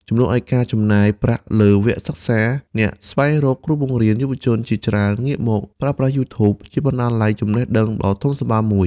ជំនួសឱ្យការចំណាយប្រាក់លើវគ្គសិក្សា ឬស្វែងរកគ្រូបង្រៀន យុវជនជាច្រើនងាកមកប្រើប្រាស់ YouTube ជាបណ្ណាល័យចំណេះដឹងដ៏ធំសម្បើមមួយ។